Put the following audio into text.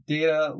Data